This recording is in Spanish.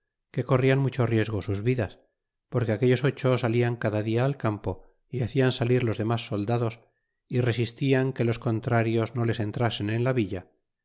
que corrian mucho riesgo sus vidas porque aquellos ocho salian cada dia al campo y hacian salir los demas soldados é resistian que los contrarios no les entrasen en la villa